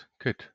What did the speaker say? good